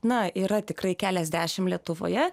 na yra tikrai keliasdešim lietuvoje